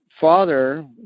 father